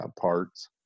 parts